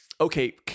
okay